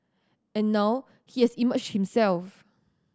and now he has emerged himself